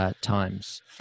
Times